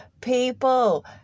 People